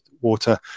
water